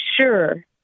sure